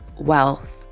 wealth